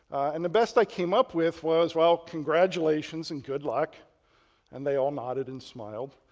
and the best i came up with was, well congratulations and good luck and they all nodded and smiled.